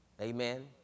Amen